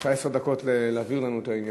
יש לך עשר דקות להסביר לנו את העניין.